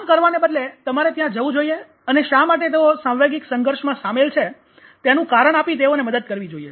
આમ કરવાને બદલે તમારે ત્યાં જવું જોઈએ અને શા માટે તેઓ સાંવેગિક સંઘર્ષમાં શામેલ છે તેનું કારણ આપી તેઓને મદદ કરવી જોઈએ